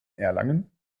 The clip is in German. erlangen